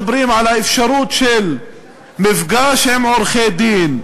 כשאנחנו מדברים על האפשרות של מפגש עם עורכי-דין,